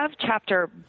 chapter